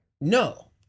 No